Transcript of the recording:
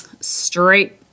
straight